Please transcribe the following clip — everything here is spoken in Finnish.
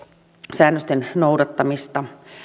säännösten noudattamista